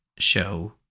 show